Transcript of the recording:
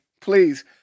Please